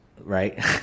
right